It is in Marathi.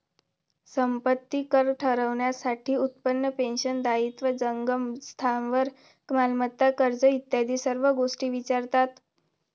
संपत्ती कर ठरवण्यासाठी उत्पन्न, पेन्शन, दायित्व, जंगम स्थावर मालमत्ता, कर्ज इत्यादी सर्व गोष्टी विचारतात